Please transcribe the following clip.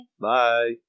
Bye